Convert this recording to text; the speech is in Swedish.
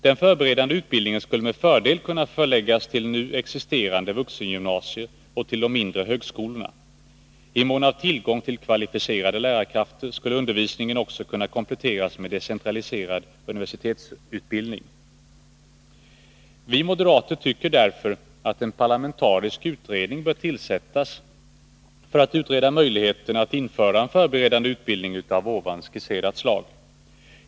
Den förberedande utbildningen skulle med fördel kunna förläggas till nu existerande vuxengymnasier och till de mindre högskolorna. I mån av tillgång till kvalificerade lärarkrafter, skulle undervisningen också kunna kompletteras med decentraliserad universitetsutbildning. Vi moderater tycker därför att en parlamentarisk utredning bör tillsättas för att utreda möjligheterna att införa en förberedande utbildning av här skisserat slag.